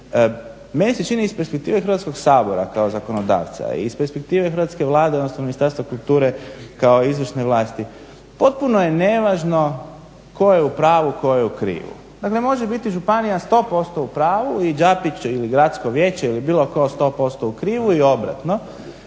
meni se čini iz perspektive Hrvatskog sabora kao zakonodavca i iz perspektive hrvatske Vlade odnosno Ministarstva kulture kao izvršne vlasti. Potpuno je nevažno tko je u pravu, tko je u krivu. Dakle, može biti županija sto posto u pravu i Đapić ili Gradsko vijeće ili bilo tko sto posto u krivu i obratno.